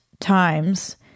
times